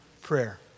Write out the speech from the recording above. prayer